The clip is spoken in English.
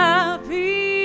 Happy